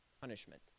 punishment